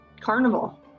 Carnival